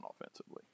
offensively